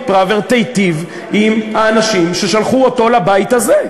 פראוור תיטיב עם האנשים ששלחו אותו לבית הזה.